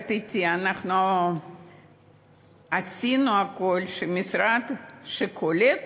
יחד אתי, אנחנו עשינו הכול שהמשרד שקולט